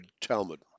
Talmud